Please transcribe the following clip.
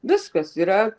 viskas yra